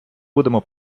будемо